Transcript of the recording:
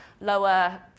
lower